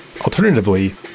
Alternatively